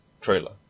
trailer